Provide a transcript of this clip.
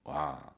!wah!